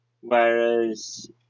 Whereas